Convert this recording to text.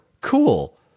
cool